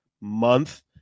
month